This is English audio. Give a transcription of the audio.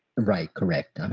right correct.